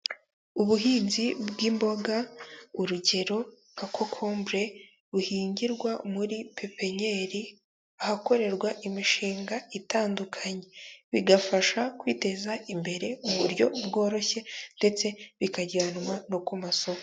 Ubuhinzi bw'imboga urugero nka kokombure, buhingirwa muri pepinnyeri, ahakorerwa imishinga itandukanye. Bigafasha kwiteza imbere mu buryo bworoshye ndetse bikajyanwa no ku masoko.